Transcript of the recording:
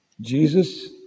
Jesus